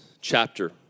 chapter